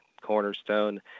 Cornerstone